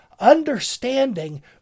Understanding